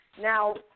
Now